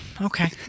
okay